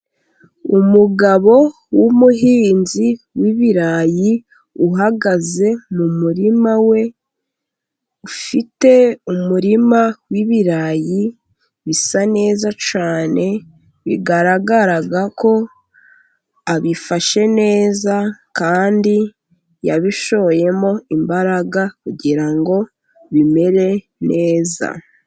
Umugabo w'umuhinzi w'ibirayi uhagaze mu murima we, ufite umurima w'ibirayi bisa neza cyane, bigaragara ko abifashe neza kandi yabishoyemo imbaraga, kugirango bimere neza.